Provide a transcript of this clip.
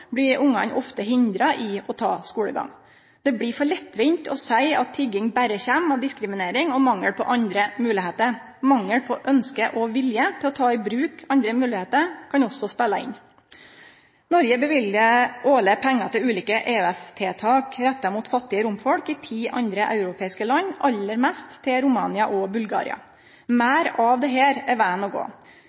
blir ungane ofte hindra i å ta skulegang. Det blir for lettvint å seie at tigging berre kjem av diskriminering og mangel på andre moglegheiter. Mangel på ønske og vilje til å ta i bruk andre moglegheiter kan òg spele inn. Noreg løyver årleg pengar til ulike EØS-tiltak retta mot fattige romfolk i ti andre europeiske land – aller mest til Romania og Bulgaria. Meir av dette er vegen å gå.